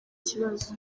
kibazo